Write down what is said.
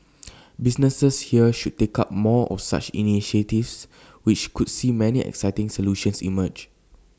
businesses here should take up more of such initiatives which could see many exciting solutions emerge